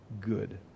good